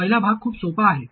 पहिला भाग खूप सोपा आहे